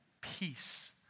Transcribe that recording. peace